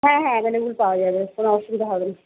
হ্যাঁ এখানে সব পাওয়া যাবে কোনো অসুবিধা হবে না